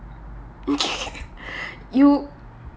you